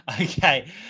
okay